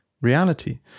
reality